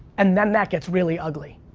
and then, that gets really ugly.